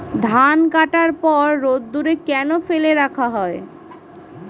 ধান কাটার পর রোদ্দুরে কেন ফেলে রাখা হয়?